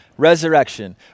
resurrection